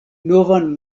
novan